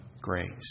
grace